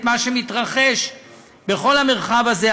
את מה שמתרחש בכל המרחב הזה,